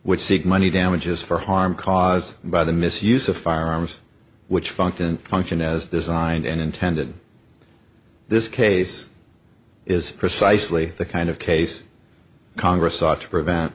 which seek money damages for harm caused by the misuse of firearms which function function as the zine and intended this case is precisely the kind of case congress sought to prevent